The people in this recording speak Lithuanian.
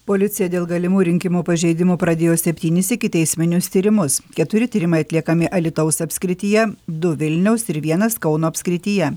policija dėl galimų rinkimų pažeidimų pradėjo septynis ikiteisminius tyrimus keturi tyrimai atliekami alytaus apskrityje du vilniaus ir vienas kauno apskrityje